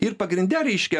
ir pagrinde reiškia